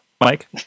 Mike